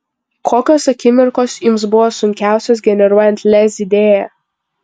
kokios akimirkos jums buvo sunkiausios generuojant lez idėją